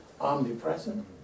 Omnipresent